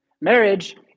Marriage